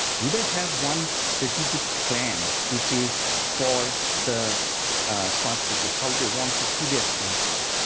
do they have one strategic plan? which is for the smart city how they want to see their smart cities?